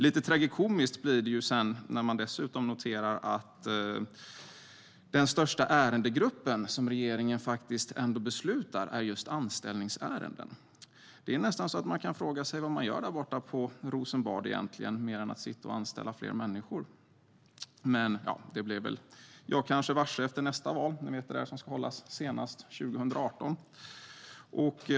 Lite tragikomiskt blir det när man noterar att den största ärendegrupp som regeringen beslutar om är just anställningsärenden. Det är nästan så att man kan fråga sig vad man gör borta i Rosenbad mer än att anställa fler människor. Men det blir jag väl kanske varse efter nästa val, som ju ska hållas senast 2018.